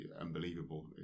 unbelievable